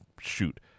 shoot